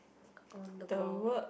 oh the ball